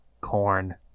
corn